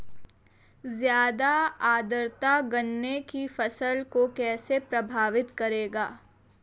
ज़्यादा आर्द्रता गन्ने की फसल को कैसे प्रभावित करेगी?